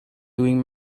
doing